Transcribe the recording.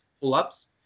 pull-ups